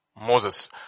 Moses